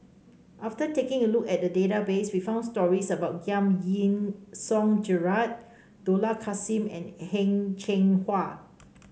after taking a look at the database we found stories about Giam Yean Song Gerald Dollah Kassim and Heng Cheng Hwa